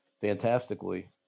fantastically